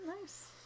nice